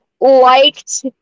liked